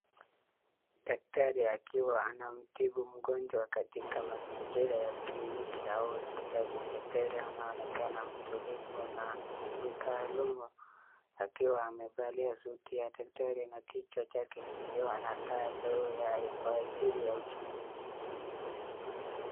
Daktari akiwa anamtibu mgonjwa katika mazingira ya kliniki au hospitali. Daktari anaonekana mtulivu na mtaalamu akiwa amevalia suti ya daktari na kichwa chake kikiwa na taa ndogo kwa ajili ya uchunguzi.